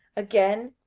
again,